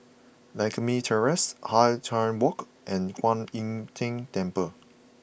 Lakme Terrace Hwan Tai Walk and Kwan Im Tng Temple